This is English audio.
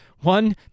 One